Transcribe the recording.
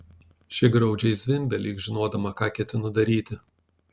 ši graudžiai zvimbė lyg žinodama ką ketinu daryti